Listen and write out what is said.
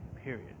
period